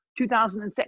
2006